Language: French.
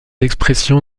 expressions